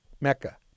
Mecca